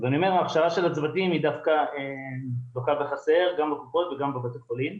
ההכשרה של הצוותים היא דווקא לוקה בחסר גם בקופות וגם בבתי החולים.